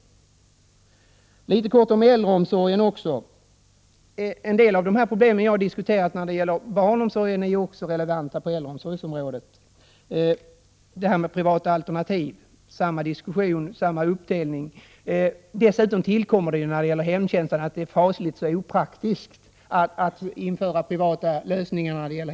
k Jag vill också säga några ord om äldreomsorgen. En del av de problem jaj har tagit upp när det gäller barnomsorgen är också relevanta på äldrevårdsområdet. När det gäller detta med privata alternativ förekommer där samma diskussion och samma uppdelning. Dessutom är det när det gäller hemtjänsten fasligt opraktiskt att införa privata lösningar.